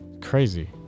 Crazy